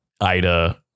Ida